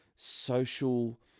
social